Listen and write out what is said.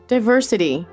Diversity